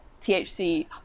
thc